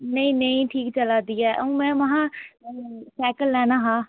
नेईं नेईं ठीक चला दी ऐ हून में महां सैकल लैना हां